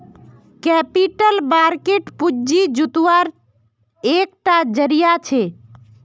capital market पूँजी जुत्वार एक टा ज़रिया छे